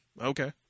Okay